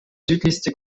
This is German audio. südlichste